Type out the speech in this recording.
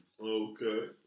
Okay